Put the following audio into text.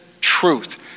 truth